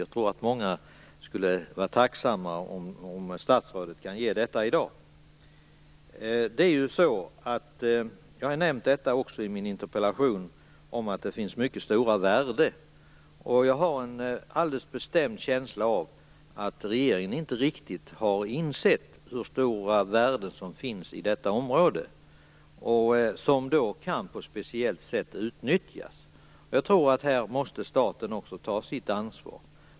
Jag tror att många skulle vara tacksamma om statsrådet kunde ge detta i dag. Det är ju så, vilket jag nämnde i min interpellation, att det här finns mycket stora värden. Jag har en alldeles bestämd känsla av att regeringen inte riktigt har insett hur stora värden som finns i detta område och som kan utnyttjas på ett speciellt sätt. Jag tror att staten här måste ta sitt ansvar.